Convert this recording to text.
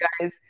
guys